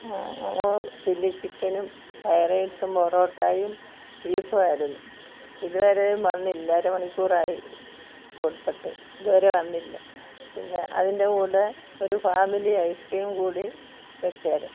അപ്പോൾ ചില്ലി ചിക്കനും ഫ്രൈഡ് റൈസും പൊറാട്ടയും ബീഫുമായിരുന്നു ഇതുവരെയും വന്നില്ല അരമണിക്കൂറായി കൊടുത്തിട്ട് ഇത് വരെ വന്നില്ല പിന്നെ അതിന്റെ കൂടെ ഒരു ഫാമിലി ഐസ്ക്രീം കൂടി വെച്ചേര്